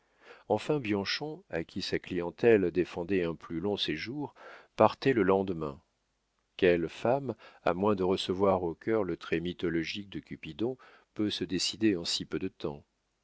enfin bianchon à qui sa clientèle défendait un plus long séjour partait le lendemain quelle femme à moins de recevoir au cœur le trait mythologique de cupidon peut se décider en si peu de temps